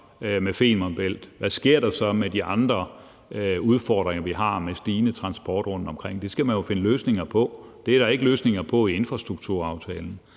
med Femern Bælt, og hvad der sker med de andre udfordringer, vi har med stigende transport rundtomkring. Det skal man jo finde løsninger på, og det er der ikke løsninger på i infrastrukturaftalen.